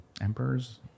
emperors